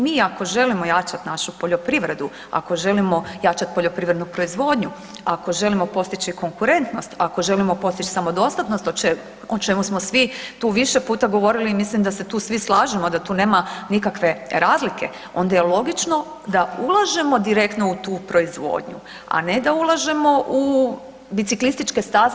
Mi ako želimo jačati našu poljoprivredu, ako želimo jačati poljoprivrednu proizvodnju, ako želimo postići konkurentnost, ako želimo postići samodostatnost o čemu smo svi tu više puta govorili i mislim da se tu svi slažemo da tu nema nikakve razlike onda je logično da ulažemo direktno u tu proizvodnju, a ne da ulažemo u biciklističke staze.